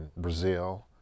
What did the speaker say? Brazil